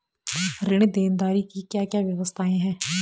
ऋण देनदारी की क्या क्या व्यवस्थाएँ हैं?